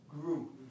grew